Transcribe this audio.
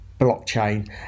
blockchain